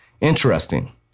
interesting